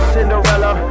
Cinderella